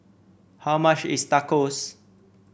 how much is Tacos